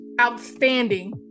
outstanding